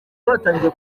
batangiye